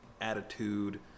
attitude